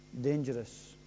dangerous